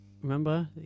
Remember